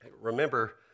Remember